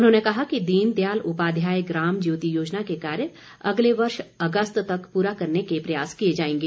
उन्होंने कहा कि दीन दयाल उपाध्याय ग्राम ज्योति योजना के कार्य अगले वर्ष अगस्त तक पूरा करने के प्रयास किए जाएंगे